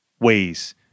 ways